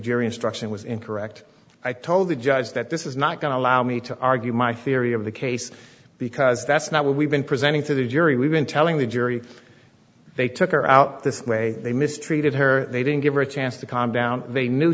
jury instruction was incorrect i told the judge that this is not going to allow me to argue my theory of the case because that's not what we've been presenting to the jury we've been telling the jury they took her out this way they mistreated her they didn't give her a chance to calm down they knew